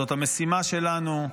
זו המשימה שלנו.